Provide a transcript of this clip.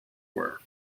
were